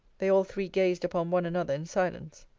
they all three gazed upon one another in silence.